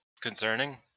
concerning